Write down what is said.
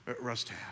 Rust